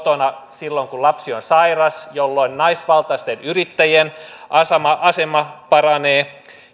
kotona silloin kun lapsi on sairas jolloin naisvaltaisten yrittäjien asema asema paranee